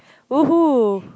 !woohoo!